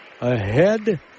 ahead